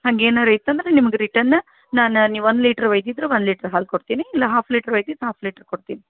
ಹಂಗೆ ಏನಾದ್ರು ಇತ್ತಂದ್ರೆ ನಿಮ್ಗೆ ರಿಟನ್ನ ನಾನು ನೀವು ಒಂದು ಲೀಟ್ರು ಒಯ್ದಿದ್ರೆ ಒಂದು ಲೀಟ್ರು ಹಾಲು ಕೊಡ್ತೀನಿ ಇಲ್ಲ ಆಫ್ ಲೀಟ್ರು ಒಯ್ದಿದ್ರ್ ಆಫ್ ಲೀಟ್ರು ಕೊಡ್ತೀನಿ